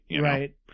Right